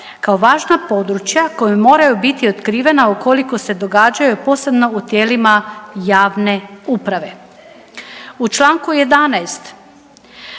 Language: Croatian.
kao važna područja koja moraju biti otkrivena ukoliko se događaju, posebno u tijelima javne uprave. U čl. 11